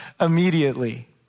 immediately